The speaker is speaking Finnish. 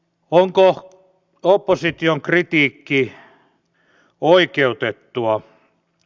onko opposition kritiikki oikeutettua